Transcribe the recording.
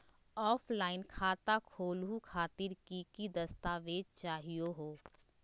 Offline खाता खोलहु खातिर की की दस्तावेज चाहीयो हो?